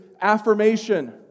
affirmation